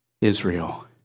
Israel